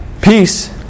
Peace